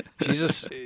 Jesus